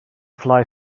fly